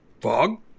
fog